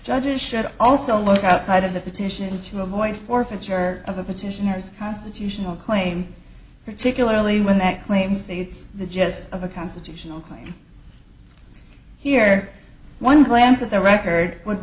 judges should also look outside of the petition to avoid forfeiture of the petitioners constitutional claim particularly when that claim states the jest of a constitutional claim here one glance at the record would